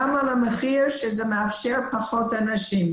גם על המחיר שזה מאפשר פחות אנשים.